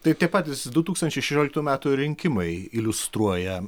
taip tie patys du tūkstančiai šešioliktų metų rinkimai iliustruoja